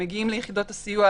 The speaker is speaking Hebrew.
הם מגיעים ליחידות הסיוע,